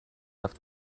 left